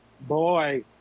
boy